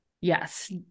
Yes